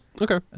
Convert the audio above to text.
Okay